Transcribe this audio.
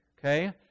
Okay